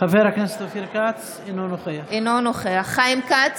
אינו נוכח חיים כץ,